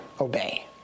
obey